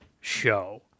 show